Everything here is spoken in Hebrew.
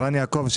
ערן יעקב,